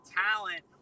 talent